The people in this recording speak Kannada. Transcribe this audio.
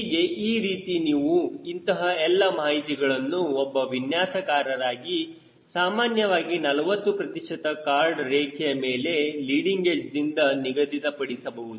ಹೀಗೆ ಈ ರೀತಿ ನೀವು ಇಂತಹ ಎಲ್ಲ ಮಾಹಿತಿಗಳನ್ನು ಒಬ್ಬ ವಿನ್ಯಾಸಕಾರರಾಗಿ ಸಾಮಾನ್ಯವಾಗಿ 40 ಪ್ರತಿಶತ ಕಾರ್ಡ್ ರೇಖೆಯ ಮೇಲೆ ಲೀಡಿಂಗ್ಎಡ್ಜ್ದಿಂದ ನಿಗದಿತ ಪಡಿಸಬಹುದು